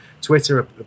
Twitter